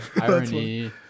Irony